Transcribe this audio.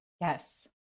Yes